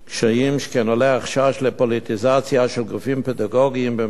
שכן עולה חשש לפוליטיזציה של גופים פדגוגיים במשרד החינוך.